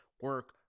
Work